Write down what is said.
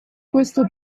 questo